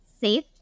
safe